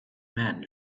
man